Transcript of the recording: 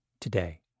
today